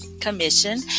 commission